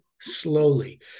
slowly